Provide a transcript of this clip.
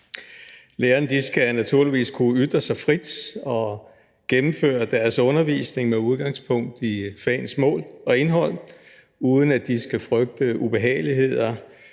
Lærerne skal naturligvis kunne ytre sig frit og gennemføre deres undervisning med udgangspunkt i fagenes mål og indhold, uden at de skal frygte ubehageligheder